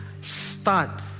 start